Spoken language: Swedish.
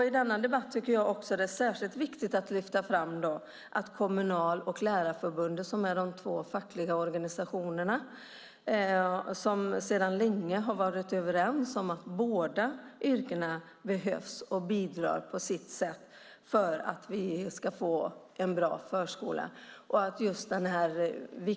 I denna debatt är det särskilt viktigt att lyfta fram Kommunal och Lärarförbundet, de två fackliga organisationerna, och att de sedan länge har varit överens om att båda yrkena behövs och bidrar på sitt sätt till en bra förskola.